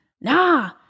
Nah